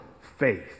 faith